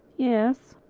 yes,